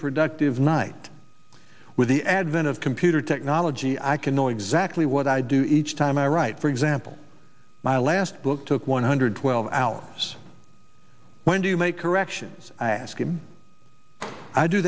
productive night with the advent of computer technology i can know exactly what i do each time i write for example my last book took one hundred twelve hours when do you make corrections i ask him i do